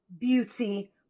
beauty